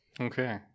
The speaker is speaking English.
Okay